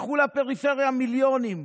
לקחו מהפריפריה מיליונים.